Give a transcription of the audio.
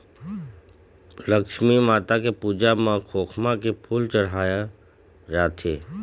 लक्छमी माता के पूजा म खोखमा के फूल चड़हाय जाथे